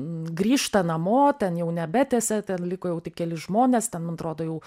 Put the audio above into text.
grįžta namo ten jau nebetęsia ten liko jau tik keli žmonės ten man atrodo jau